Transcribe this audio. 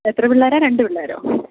എത്ര പിള്ളേരാണ് രണ്ട് പിള്ളേരോ